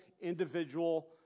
individual